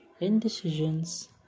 indecisions